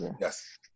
Yes